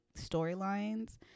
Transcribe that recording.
storylines